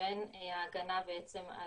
לבין ההגנה על